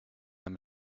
them